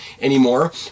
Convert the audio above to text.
anymore